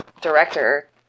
director